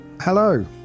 Hello